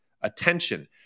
attention